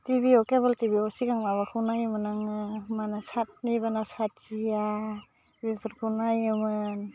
गिबियाव केबोल टिभिआव सिगां माबाखौ नायोमोन आङो मा होनो सात निबाना सातिया बेफोरखौ नायोमोन